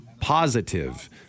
positive